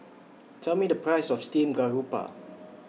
Tell Me The Price of Steamed Garoupa